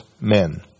men